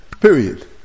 Period